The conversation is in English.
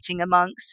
amongst